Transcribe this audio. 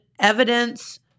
Evidence